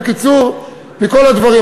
בקיצור, מכל הדברים.